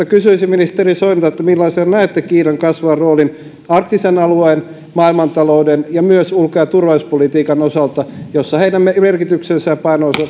kysyisin ministeri soinilta millaisena näette kiinan kasvavan roolin arktisen alueen maailmantalouden ja myös ulko ja turvallisuuspolitiikan osalta joissa heidän merkityksensä